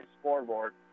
scoreboard